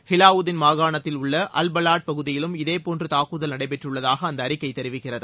ஹிலாவுதீன் மாகாணத்தில் உள்ள al Balad பகுதியிலும் இதே போன்று தாக்குதல் நடைபெற்றுள்ளதாக அந்த அறிக்கை தெரிவிக்கிறது